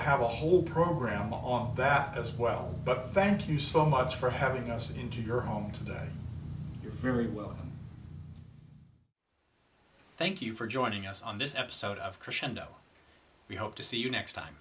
have a whole program on that as well but thank you so much for having us into your home today very well thank you for joining us on this episode of crescendo we hope to see you next time